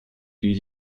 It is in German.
die